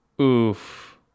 Oof